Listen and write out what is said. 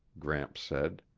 gramps said.